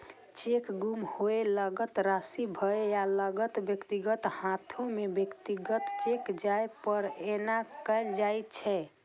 cheque गुम होय, गलत राशि भरै या गलत व्यक्तिक हाथे मे व्यक्तिगत चेक जाय पर एना कैल जाइ छै